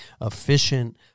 efficient